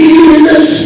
Jesus